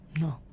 No